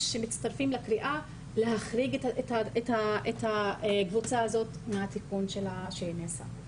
מצטרפים לקריאה להחריג את הקבוצה הזאת מהתיקון שנעשה.